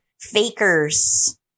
fakers